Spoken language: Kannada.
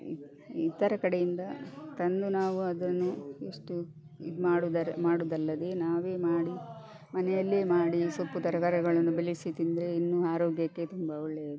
ಇತ ಇತರ ಕಡೆಯಿಂದ ತಂದು ನಾವು ಅದನ್ನು ಇಷ್ಟು ಇದು ಮಾಡುವುದರ ಮಾಡುವುದಲ್ಲದೇ ನಾವೇ ಮಾಡಿ ಮನೆಯಲ್ಲೇ ಮಾಡಿ ಸೊಪ್ಪು ತರಕಾರಿಗಳನ್ನು ಬೆಳೆಸಿ ತಿಂದರೆ ಇನ್ನೂ ಆರೋಗ್ಯಕ್ಕೆ ತುಂಬ ಒಳ್ಳೆಯದು